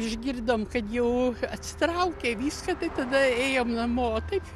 išgirdom kad jau atsitraukė viską tai tada ėjom namo o taip